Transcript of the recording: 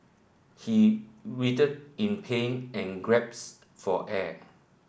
he writhed in pain and for air